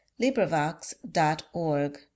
LibriVox.org